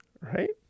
Right